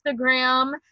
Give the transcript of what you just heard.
Instagram